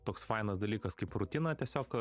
toks fainas dalykas kaip rutina tiesiog